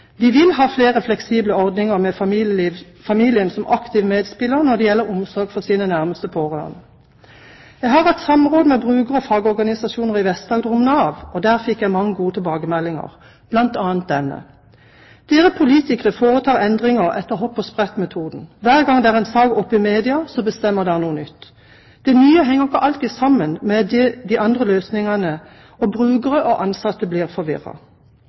de omsorgsoppgaver som skulle løses. Helseministeren har varslet et hurtigarbeidende utvalg som skal gå igjennom ytelser for pårørendeomsorg som erstatter kommunale tjenester og foreslå endringer ut fra en helhetlig vurdering. Dette omfatter både omsorgslønn, pleiepenger og hjelpestønad. Vi vil ha flere fleksible ordninger med familien som aktiv medspiller når det gjelder omsorg for nærmeste pårørende. Jeg har hatt samråd med bruker- og fagorganisasjoner i Vest-Agder om Nav. Der fikk jeg mange gode tilbakemeldinger, bl.a. denne: Dere politikere foretar endringer etter hopp og sprett-metoden. Hver gang det er en sak oppe i